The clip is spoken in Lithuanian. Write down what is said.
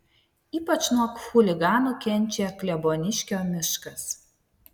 ypač nuo chuliganų kenčia kleboniškio miškas